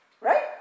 Right